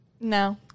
No